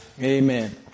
Amen